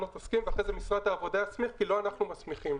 אחרי זה, משרד העבודה יסמיך כי לא אנחנו מסמיכים.